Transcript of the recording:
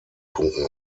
punkten